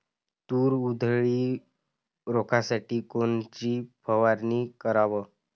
तूर उधळी रोखासाठी कोनची फवारनी कराव?